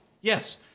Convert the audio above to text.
Yes